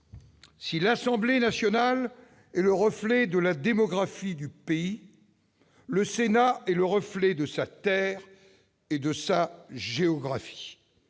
Si l'Assemblée nationale est le reflet de la démographie du pays, le Sénat est le reflet de sa terre et de sa géographie.